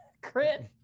Crit